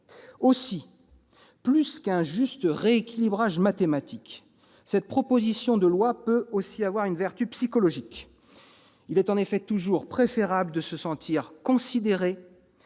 Aussi, au-delà d'un juste rééquilibrage mathématique, cette proposition de loi peut aussi avoir une vertu psychologique. Il est en effet toujours préférable de se sentir considéré